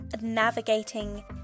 navigating